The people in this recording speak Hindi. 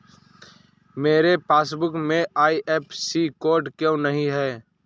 मेरे पासबुक में आई.एफ.एस.सी कोड क्यो नहीं है?